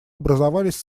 образовались